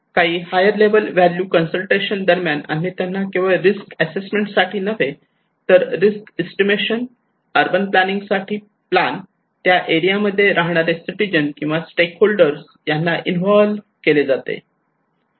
काही higher level value consultations दरम्यान आम्ही त्यांना केवळ रिस्क अससेसमेंट साठी नव्हे तर रिस्क एस्टिमेशन अर्बन प्लॅनिंग साठी प्लान त्या एरिया मध्ये राहणारे सिटीजन किंवा स्टेक होल्डर यांना इन्व्हॉल्व्ह केले जाते